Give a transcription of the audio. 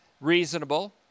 reasonable